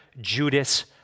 Judas